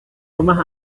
rumah